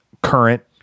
Current